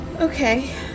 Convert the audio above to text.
Okay